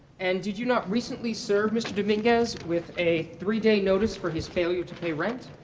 and did you not recently serve mr. dominguez with a three day notice for his failure to pay rent.